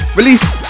released